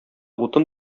утын